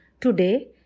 today